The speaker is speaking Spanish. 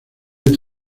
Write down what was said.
tres